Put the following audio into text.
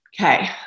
Okay